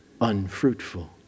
unfruitful